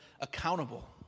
accountable